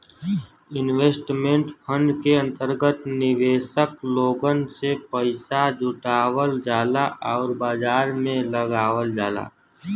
investment fund के अंतर्गत निवेशक लोगन से पइसा जुटावल जाला आउर बाजार में लगावल जाला